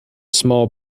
small